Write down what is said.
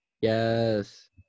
Yes